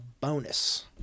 bonus